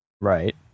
Right